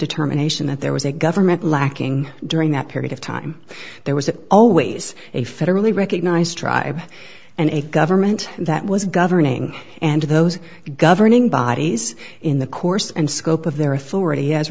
determination that there was a government lacking during that period of time there was always a federally recognized tribes and a government that was governing and those governing bodies in the course and scope of their authority has